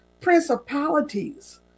principalities